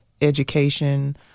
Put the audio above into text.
education